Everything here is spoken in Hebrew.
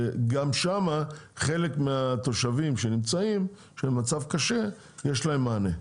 גם שמה חלק מהתושבים שנמצאים שהם במצב קשה יש להם מענה,